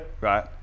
right